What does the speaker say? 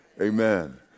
Amen